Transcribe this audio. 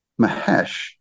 mahesh